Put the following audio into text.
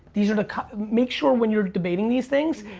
these, sort of make sure when you're debating these things,